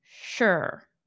sure